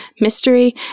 mystery